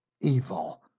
evil